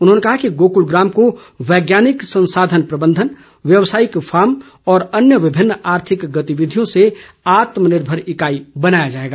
उन्होंने कहा कि गोकुल ग्राम को वैज्ञानिक संसाधन प्रबंधन व्यवसायिक फार्म और अन्य विभिन्न आर्थिक गतिविधियों से आत्मनिर्भर इँकाई बनाया जाएगा